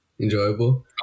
Enjoyable